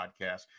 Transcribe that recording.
podcast